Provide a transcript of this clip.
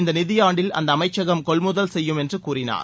இந்த நிதி ஆண்டில் அமைச்சகம் கொள்முதல் செய்யும் என்று கூறினார்